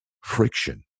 friction